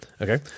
Okay